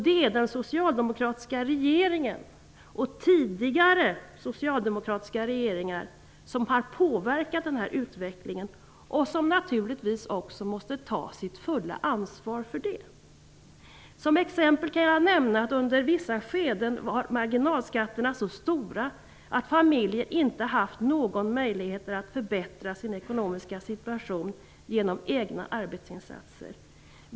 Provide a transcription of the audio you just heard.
Det är den socialdemokratiska regeringen och tidigare socialdemokratiska regeringar som har påverkat denna utveckling och som naturligtvis också måste ta sitt fulla ansvar för detta. Som exempel kan jag nämna att under vissa skeden var effekterna av marginalskatten så stora att familjer inte hade några möjligheter att förbättra sin ekonomiska situation genom egna arbetsinsatser.